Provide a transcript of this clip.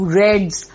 reds